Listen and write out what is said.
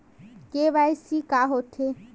KYC का होथे?